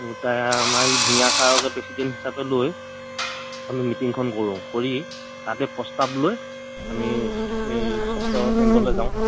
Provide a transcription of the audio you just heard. গোটাই আৰু আমাৰ এই ভূঞা ছাৰকে পেছিডেণ্ট হিচাপে লৈ আমি মিটিঙখন কৰোঁ কৰি তাতে পস্তাব লৈ আমি এই স্বাস্থ্যকেন্দ্ৰলৈ যাওঁ